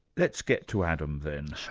let's get to adam then.